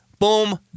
Boom